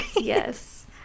yes